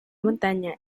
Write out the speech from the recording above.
montaña